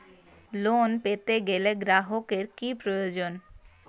Loan পেতে গেলে গ্রাহকের কি প্রয়োজন?